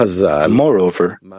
Moreover